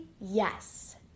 yes